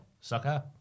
Sucker